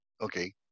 Okay